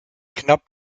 knapp